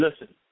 listen